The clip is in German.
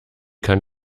kann